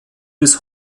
bis